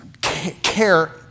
care